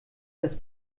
das